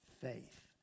faith